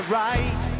right